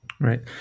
Right